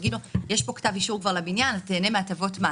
יגידו שיש כאן כתב אישור לבניין, תיהנה מהטבות מס.